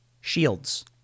Shields